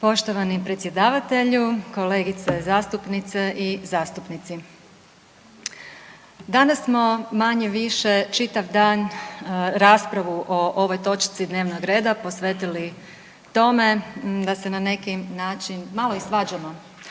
Poštovani predsjedavatelju, kolegice zastupnice i zastupnici. Danas smo manje-više čitav dan raspravu o ovoj točci dnevnog reda posvetili tome da se na neki način malo i svađamo